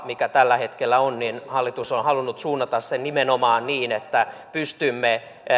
mikä tällä hetkellä on hallitus on halunnut suunnata nimenomaan niin että pystymme